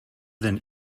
than